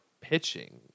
pitching